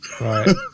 Right